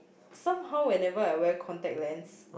somehow whenever I wear contact lens